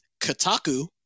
kotaku